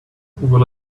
will